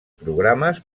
programes